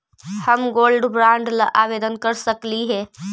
हम gold bond ला आवेदन कर सकली हे?